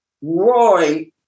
Roy